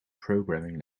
programming